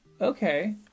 Okay